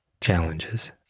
challenges